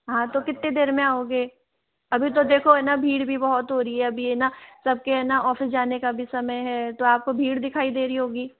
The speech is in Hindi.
हाँ तो कितनी देर में आओगे अभी तो देखो है न भीड़ भी बहुत हो रही है अभी है न सबके हैना ऑफिस जाने का भी समय है तो आपको भीड़ दिखाई दे रही होगी